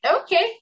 Okay